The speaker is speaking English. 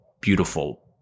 beautiful